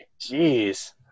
Jeez